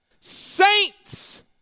saints